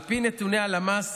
על פי נתוני הלמ"ס,